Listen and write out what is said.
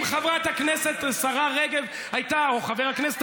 אם חברת הכנסת השרה רגב הייתה או חבר הכנסת